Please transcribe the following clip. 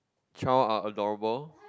child are adorable